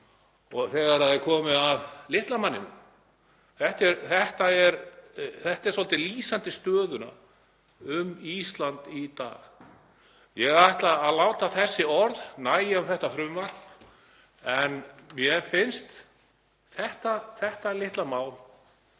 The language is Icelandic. sig þegar kemur að litla manninum. Þetta er svolítið lýsandi fyrir stöðuna á Íslandi í dag. Ég ætla að láta þessi orð nægja um þetta frumvarp en mér finnst þetta litla mál